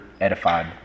edified